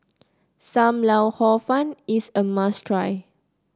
Sam Lau Hor Fun is a must try